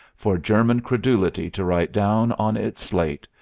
for german credulity to write down on its slate,